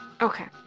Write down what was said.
Okay